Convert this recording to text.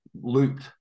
looped